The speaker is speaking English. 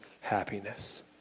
happiness